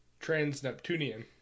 TransNeptunian